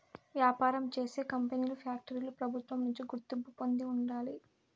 వ్యాపారం చేసే కంపెనీలు ఫ్యాక్టరీలు ప్రభుత్వం నుంచి గుర్తింపు పొంది ఉండాలి